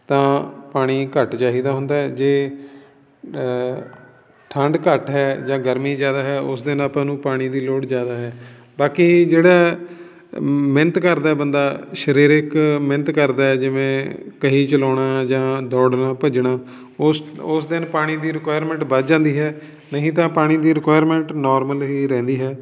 ਤਾਂ ਪਾਣੀ ਘੱਟ ਚਾਹੀਦਾ ਹੁੰਦਾ ਜੇ ਠੰਡ ਘੱਟ ਹੈ ਜਾਂ ਗਰਮੀ ਜ਼ਿਆਦਾ ਹੈ ਉਸ ਦਿਨ ਆਪਾਂ ਨੂੰ ਪਾਣੀ ਦੀ ਲੋੜ ਜ਼ਿਆਦਾ ਹੈ ਬਾਕੀ ਜਿਹੜਾ ਮਿਹਨਤ ਕਰਦਾ ਬੰਦਾ ਸਰੀਰਿਕ ਮਿਹਨਤ ਕਰਦਾ ਹੈ ਜਿਵੇਂ ਕਹੀ ਚਲਾਉਣਾ ਜਾਂ ਦੌੜਨਾ ਭੱਜਣਾ ਉਸ ਉਸ ਦਿਨ ਪਾਣੀ ਦੀ ਰਿਕੁਆਇਰਮੈਂਟ ਵੱਧ ਜਾਂਦੀ ਹੈ ਨਹੀਂ ਤਾਂ ਪਾਣੀ ਦੀ ਰਿਕੁਆਇਰਮੈਂਟ ਨੋਰਮਲ ਹੀ ਰਹਿੰਦੀ ਹੈ